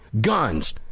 Guns